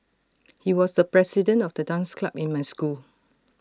he was the president of the dance club in my school